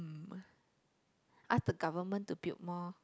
ask the government to build more